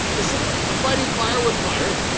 instead of ah fighting fire with fire,